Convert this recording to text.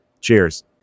Cheers